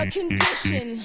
condition